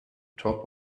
top